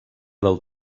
del